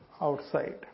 outside